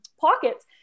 pockets